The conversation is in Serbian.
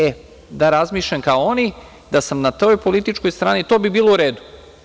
E, da razmišljam kao oni, da sam na toj političkoj strani, to bi bilo u redu.